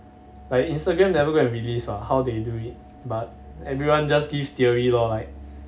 like instagram never go and release what how they do it but everyone just give theory lor like